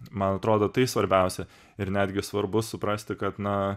man atrodo tai svarbiausia ir netgi svarbu suprasti kad na